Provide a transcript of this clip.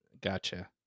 Gotcha